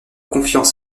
confiance